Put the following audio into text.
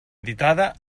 editada